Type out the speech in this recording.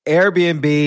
Airbnb